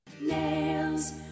Nail's